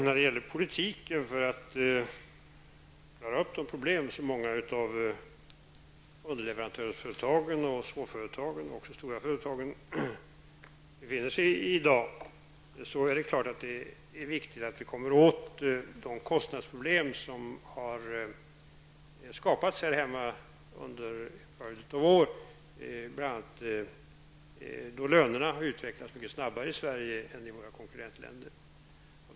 När det gäller politiken för att klara upp de problem som många av underleverantörsföretagen, andra småföretag och även stora företag har i dag är det viktigt att vi kommer åt de kostnadsproblem som har skapats här hemma under en följd av år, då lönerna har utvecklats mycket snabbare i Sverige än i våra konkurrentländer.